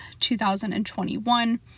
2021